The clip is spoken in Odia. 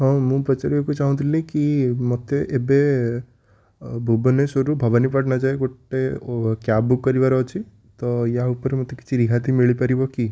ହଁ ମୁଁ ପଚାରିବାକୁ ଚାହୁଁଥିଲିକି ମୋତେ ଏବେ ଭୁବନେଶ୍ୱରରୁ ଭବାନୀପାଟଣା ଯାଏଁ ଗୋଟେ କ୍ୟାବ୍ ବୁକ୍ କରିବାର ଅଛି ତ ୟା ଉପରେ ମୋତେ କିଛି ରିହାତି ମିଳିପାରିବ କି